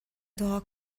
دعا